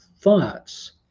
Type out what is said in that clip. thoughts